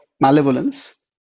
malevolence